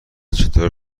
چطور